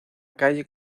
calle